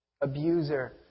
abuser